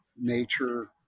nature